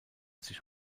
sich